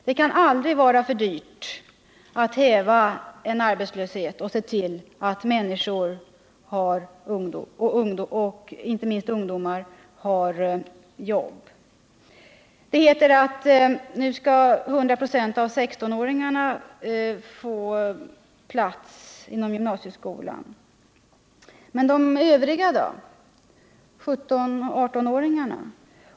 Det kan aldrig vara för dyrt att häva arbetslöshet och se till att människor, inte minst ungdomar, har jobb. Det heter att nu skall 100 96 av 16-åringarna få plats inom gymnasieskolan. Men de övriga då? 17 och 18-åringarna?